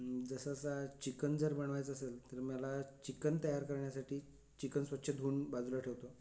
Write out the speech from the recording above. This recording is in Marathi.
जसंसा चिकन जर बनवायचं असेल तर मला चिकन तयार करण्यासाठी चिकन स्वच्छ धुऊन बाजूला ठेवतो